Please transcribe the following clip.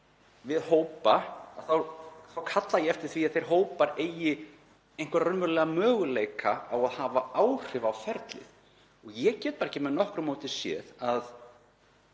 við hópa þá kalla ég eftir því að þeir hópar eigi einhverja raunverulega möguleika á að hafa áhrif á ferlið. Ég get bara ekki með nokkru móti séð að